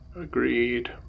Agreed